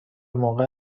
موقع